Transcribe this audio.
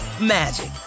magic